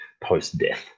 post-death